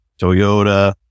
Toyota